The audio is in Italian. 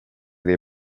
dei